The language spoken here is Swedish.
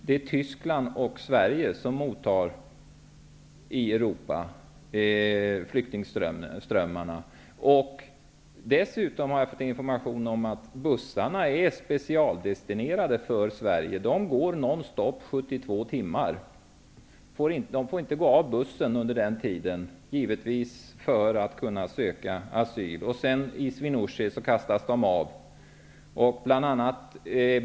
Det är Tyskland och Sverige i Europa som tar emot flyktingströmmarna. Dessutom har det informerats mig att bussarna är specialdestinerade till Sverige. De går non stop 72 timmar. De resande får inte stiga av bussen under den tiden för att kunna söka asyl någon annanstans. I Swinoujs`ie kastas flyktingarna av bussen.